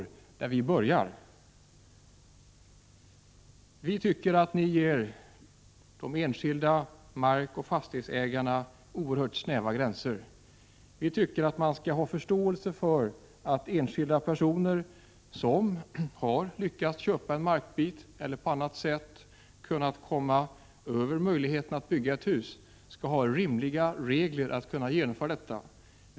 Vi tycker i folkpartiet att utskottsmajoriteten ger de enskilda markoch fastighetsägarna oerhört snäva gränser. För enskilda personer, som har lyckats köpa en markbit eller på annat sätt fått möjlighet att bygga ett hus, måste det finnas rimliga regler om de skall kunna genomföra byggena.